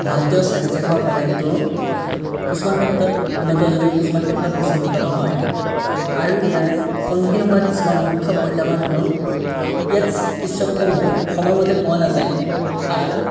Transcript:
ভাৰতীয় স্বাস্থ্যসেৱা প্ৰণালীটো কিছুমান ক্ষেত্ৰত উন্নত যদিও কিছুমান ক্ষেত্ৰত বেছি উন্নত নহয় আৰু ইয়াৰ সন্মুখীন হোৱা কিছুমান মুখ্য প্ৰত্যাহ্বান হ'ল ইয়াত চিকিৎসকসমূহ সময়মতে পোৱা নাযায় আৰু